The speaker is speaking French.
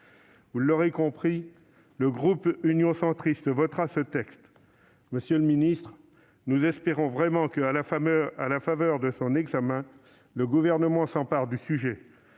Vous l'aurez compris, le groupe Union Centriste votera ce texte. Monsieur le secrétaire d'État, nous espérons vraiment que, à la faveur de son examen, le Gouvernement s'emparera de ce sujet.